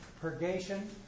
Purgation